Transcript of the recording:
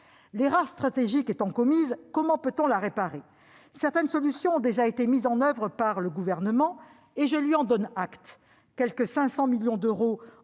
L'erreur stratégique étant commise, comment peut-on la réparer ? Certaines solutions ont déjà été mises en oeuvre par le Gouvernement, et je lui en donne acte. Quelque 500 millions d'euros